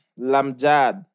Lamjad